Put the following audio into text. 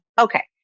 okay